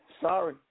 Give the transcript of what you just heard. Sorry